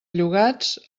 llogats